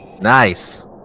nice